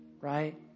right